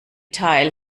teil